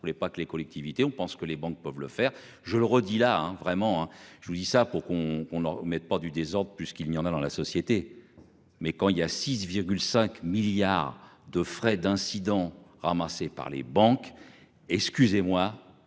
on n'est pas que les collectivités, on pense que les banques peuvent le faire, je le redis la hein vraiment hein. Je vous dis ça pour qu'on, qu'on ne mette pas du désordre puisqu'il n'y en a dans la société. Mais quand il y a 6, 5 milliards de frais d'incident ramassés par les banques. Excusez-moi,